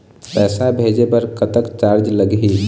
पैसा भेजे बर कतक चार्ज लगही?